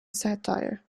satire